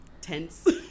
tense